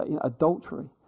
adultery